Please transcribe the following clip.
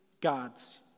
God's